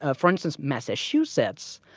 ah for instance, massachusetts,